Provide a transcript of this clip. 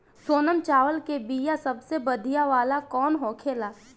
सोनम चावल के बीया सबसे बढ़िया वाला कौन होखेला?